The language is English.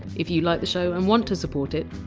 if you like the show and want to support it,